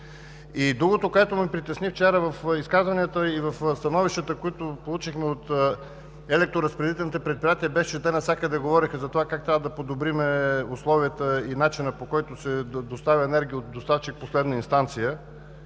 И другото, което ме притесни вчера в изказванията и в становищата, които получихме от електроразпределителните предприятия, беше, че те навсякъде говореха за това как трябва да подобрим условията и начина, по който се доставя енергия от доставчик последна инстанция,